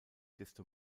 desto